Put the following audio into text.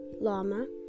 llama